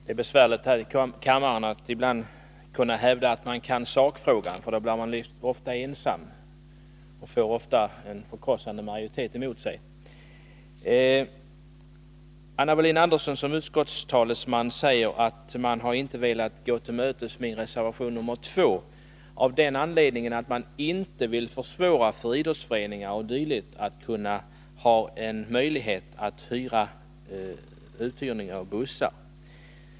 Herr talman! Det är ibland besvärligt här i kammaren att hävda att man kan sakfrågan, för då blir man ofta ensam och får en förkrossande majoritet emot sig. Anna Wohlin-Andersson som utskottets talesman säger att man inte velat gå min reservation 2 till mötes av den anledningen att man inte vill försvåra idrottsföreningars och andras möjligheter att hyra ut bussar.